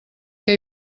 que